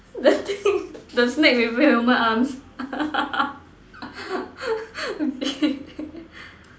the thing the snake with human arms okay